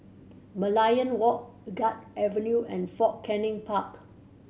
Merlion Walk Guards Avenue and Fort Canning Park